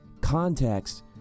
context